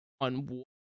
on